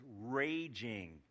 raging